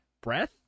Breath